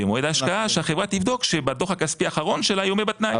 במועד ההשקעה שהחברה תבדוק בדוח הכספי האחרון שלה אם היא עומדת בתנאי,